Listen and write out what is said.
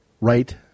right